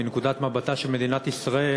מנקודת מבטה של מדינת ישראל,